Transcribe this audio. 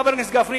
חבר הכנסת גפני,